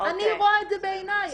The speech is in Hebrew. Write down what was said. אני רואה את זה בעיני,